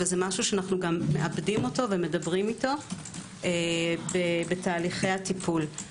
וזה משהו שאנו מעבדים אותו ומדברים אותו בתהליכי הטיפול.